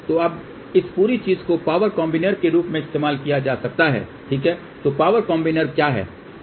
तो अब इस पूरी चीज़ को पावर कॉम्बिनर के रूप में इस्तेमाल किया जा सकता है ठीक है तो पावर कॉम्बिनर क्या है